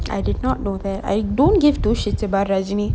I did not know that I don't give no shit about ramsey